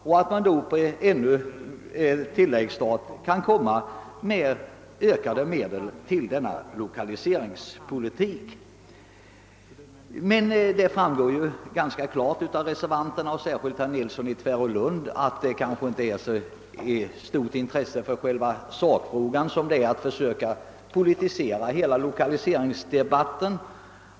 I så fall kan ju på en ny tilläggsstat ytterligare medel anslås till lokaliseringspolitiken. Det framgår ganska klart av reservanternas resonemang — särskilt av herr Nilssons i Tvärålund — att de nog inte har så stort intresse för själva sakfrågan som för att försöka politisera hela lokaliseringsdebatten.